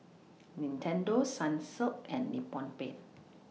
Nintendo Sunsilk and Nippon Paint